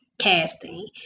casting